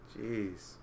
Jeez